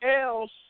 else